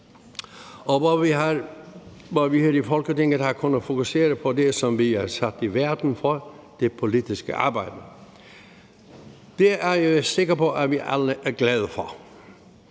og hvor vi i Folketinget har kunnet fokusere på det, som vi er sat i verden for: det politiske arbejde. Det er jeg sikker på at vi alle er glade for.